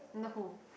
I wonder who